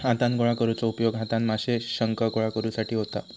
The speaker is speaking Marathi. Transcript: हातान गोळा करुचो उपयोग हातान माशे, शंख गोळा करुसाठी होता